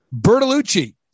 Bertolucci